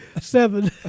seven